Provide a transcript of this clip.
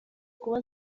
kuba